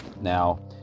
Now